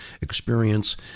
experience